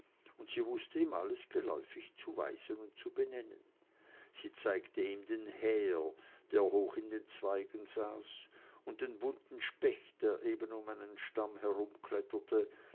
und sie wußte ihm alles geläufig zu weisen und zu benennen sie zeigte ihm den häher der hoch in den zweigen saß und den bunten specht der eben um einen stamm